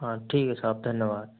हाँ ठीक है साहब धन्यवाद